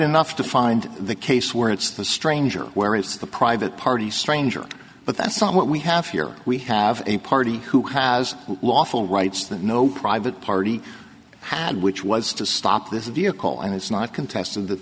enough to find the case where it's the stranger where it's the private party stranger but that's not what we have here we have a party who has lawful rights that no private party had which was to stop this vehicle and it's not contested that